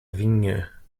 vinha